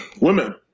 Women